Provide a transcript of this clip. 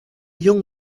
young